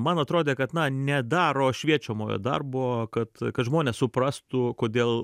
man atrodė kad na nedaro šviečiamojo darbo kad kad žmonės suprastų kodėl